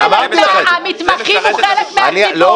המתמחים הם חלק מהציבור.